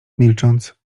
milcząc